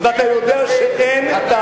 ואתה יודע שאין, הוא כן מטפל.